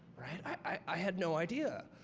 i had no idea.